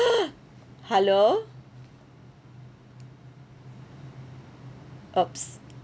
hello !oops!